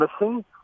missing